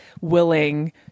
willing